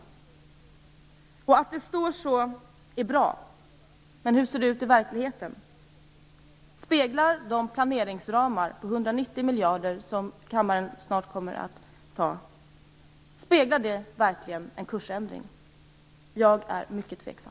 Det är bra att det står så - men hur ser det ut i verkligheten? Speglar verkligen de planeringsramar på 190 miljarder kronor, som kammaren snart kommer att fatta beslut om, en kursändring? Jag är mycket tveksam.